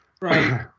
Right